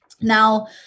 now